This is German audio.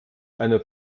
eine